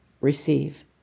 receive